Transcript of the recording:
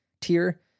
tier